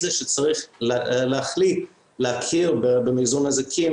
זה שצריך להחליט להכיר במזעור נזקים